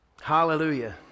Hallelujah